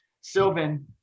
Sylvan